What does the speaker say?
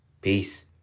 Peace